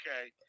Okay